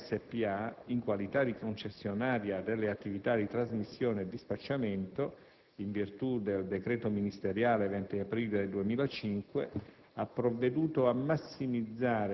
In particolare, Terna S.p.A., in qualità di concessionaria delle attività di trasmissione e dispacciamento, in virtù del decreto ministeriale 20 aprile 2005,